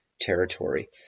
territory